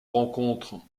rencontre